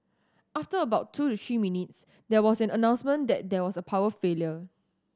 after about two to three minutes there was an announcement that there was a power failure